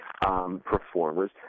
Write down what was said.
performers